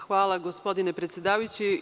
Hvala, gospodine predsedavajući.